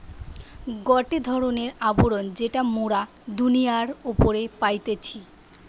গটে ধরণের আবরণ যেটা মোরা দুনিয়ার উপরে পাইতেছি